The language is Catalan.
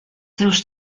seus